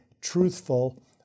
truthful